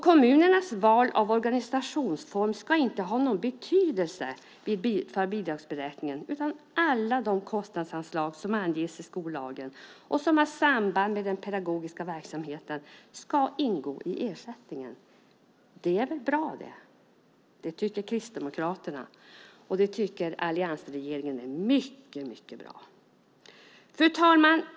Kommunernas val av organisationsform ska inte ha någon betydelse för bidragsberäkningen, utan alla de kostnadsslag som anges i skollagen och som har samband med den pedagogiska verksamheten ska ingå i ersättningen. Det är väl bra det! Det tycker Kristdemokraterna och alliansregeringen är mycket bra. Fru talman!